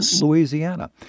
Louisiana